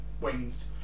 wings